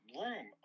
room